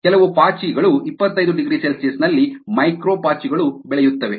ಕೆಲವು ಪಾಚಿಗಳು 250C ನಲ್ಲಿ ಮೈಕ್ರೋ ಪಾಚಿಗಳು ಬೆಳೆಯುತ್ತವೆ